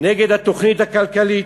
נגד התוכנית הכלכלית".